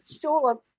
sure